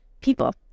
people